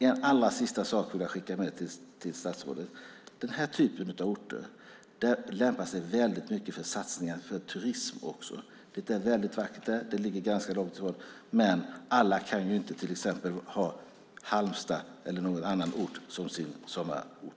En allra sista sak vill jag skicka med till statsrådet: Den här typen av orter lämpar sig väldigt bra för satsningar på turism. Det är vackert där. Alla kan ju inte ha Halmstad eller någon annan sådan ort som sin sommarort.